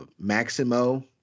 Maximo